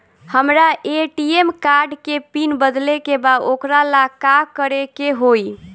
हमरा ATM card के PIN बदले के बा वोकरा ला का करे के होई?